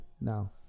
now